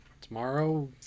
tomorrow